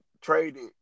traded